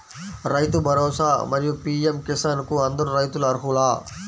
రైతు భరోసా, మరియు పీ.ఎం కిసాన్ కు అందరు రైతులు అర్హులా?